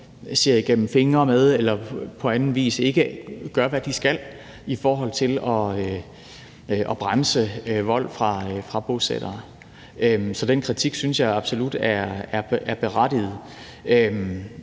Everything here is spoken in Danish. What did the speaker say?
ser igennem fingre med eller på anden vis ikke gør, hvad de skal, i forhold til at bremse vold fra bosættere, så den kritik synes jeg absolut er berettiget.